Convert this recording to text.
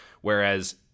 Whereas